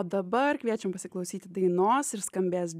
o dabar kviečiam pasiklausyti dainos ir skambės